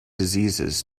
diseases